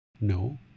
No